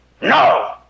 no